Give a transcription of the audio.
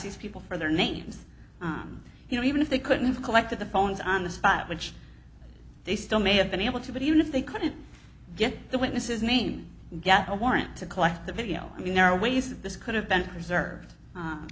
these people for their names on you know even if they couldn't have collected the phones on the spot which they still may have been able to but even if they couldn't get the witnesses name and get a warrant to collect the video i mean there are ways that this could have been preserved